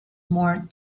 more